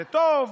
זה טוב,